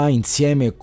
insieme